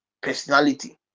personality